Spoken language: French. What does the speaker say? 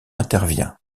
intervient